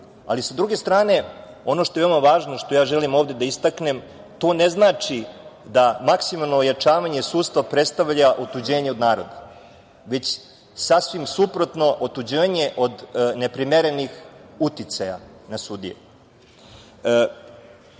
prava. Sa druge strane, ono što je veoma važno, što ja želim ovde da istaknem, to ne znači da maksimalno ojačavanje sudstva predstavlja otuđenje od naroda, već sasvim suprotno, otuđivanje od neprimerenih uticaja na sudije.